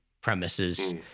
premises